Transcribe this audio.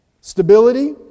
stability